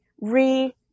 re